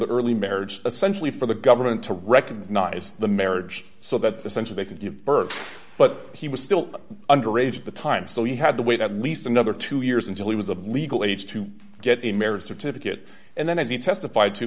the early marriage essentially for the government to recognize the marriage so that the center they can give birth but he was still under age at the time so he had to wait at least another two years until he was of legal age to get a marriage certificate and then as he testified to